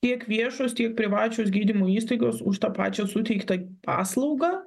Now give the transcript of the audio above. tiek viešos tiek privačios gydymo įstaigos už tą pačią suteiktą paslaugą